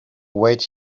wait